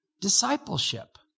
discipleship